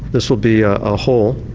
this will be a hole.